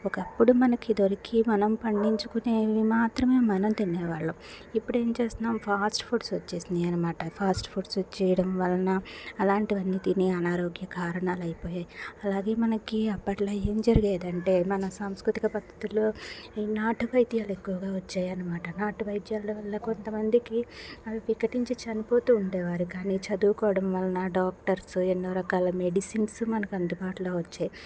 ఒకప్పుడు మనకి దొరికే మనం పండించుకునేవి మనం మాత్రమే తినేవాళ్ళం ఇప్పుడు ఏం చేస్తున్నాం ఫాస్ట్ ఫుడ్స్ వచ్చేస్తున్నాయి అనమాట ఫాస్ట్ ఫుడ్ వచ్చేయడం వలన అలాంటివన్నీ తిని అనారోగ్య కారణాలు అయిపోయాయి అలాగే మనకి అప్పట్లో ఏం జరగలేదంటే మన సంస్కృతిక పద్ధతులు ఈ నాటు వైద్యాలు ఎక్కువగా వచ్చాయి అనమాట నాటు వైద్యాల వల్ల కొంతమందికి అవి వికటించి చనిపోతూ ఉండేవారు కానీ చదువుకోవడం వల్ల డాక్టర్స్ ఎన్నో రకాల మెడిసిన్స్ మనకు అందుబాటులో వచ్చాయ్